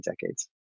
decades